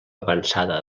avançada